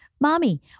Mommy